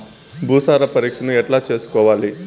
భూసార పరీక్షను ఎట్లా చేసుకోవాలి?